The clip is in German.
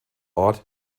ort